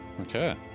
Okay